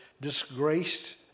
disgraced